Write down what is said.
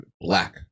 Black